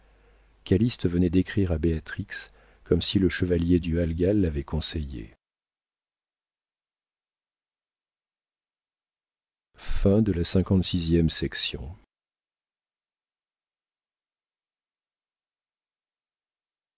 calyste venait d'écrire à béatrix comme si le chevalier du halga l'avait conseillé